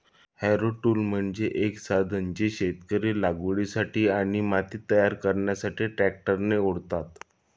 Harrow tool म्हणजे एक साधन जे शेतकरी लागवडीसाठी आणि माती तयार करण्यासाठी ट्रॅक्टरने ओढतात